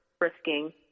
risking